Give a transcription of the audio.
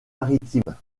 maritime